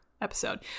Episode